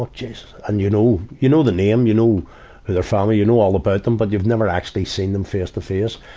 oh, jesus! and you know you know their name, you know their family, you know all about them, but you've never actually seen them face-to-face.